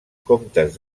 comtes